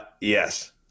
Yes